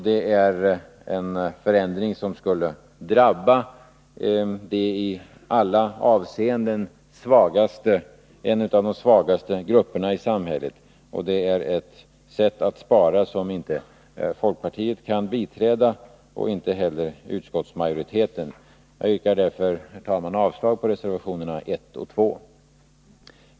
Det är en förändring som skulle drabba en av de i alla avseenden svagaste grupperna i samhället — och det är ett sätt att spara som inte folkpartiet kan biträda och inte heller utskottsmajoriteten. Jag yrkar därför, herr talman, avslag på reservationerna 1 och 2.